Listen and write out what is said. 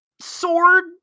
sword